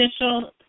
initial